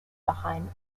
behind